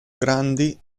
grandi